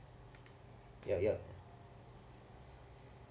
ya ya